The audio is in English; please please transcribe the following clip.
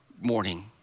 morning